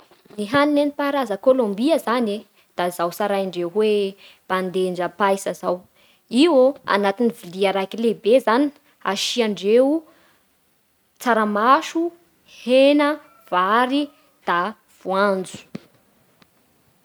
Ny hany nentim-paharaza kolombia zany e da izao tsaraindreo hoe bandendrapaisa izao. Iô agnatin'ny vilia raiky lehibe zany asiandreo tsaramaso, hena, vary, da voanjo.